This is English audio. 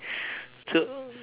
so